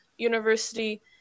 University